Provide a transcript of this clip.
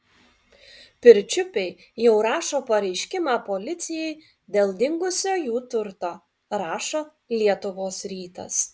pirčiupiai jau rašo pareiškimą policijai dėl dingusio jų turto rašo lietuvos rytas